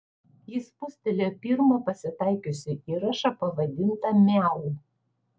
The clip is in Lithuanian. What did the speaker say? ji spustelėjo pirmą pasitaikiusį įrašą pavadintą miau